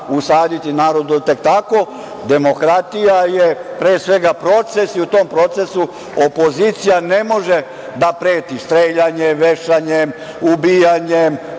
usaditi narodu tek tako. Demokratija je pre svega proces i u tom procesu opozicija ne može da preti streljanjem, vešanjem, ubijanjem,